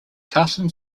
carson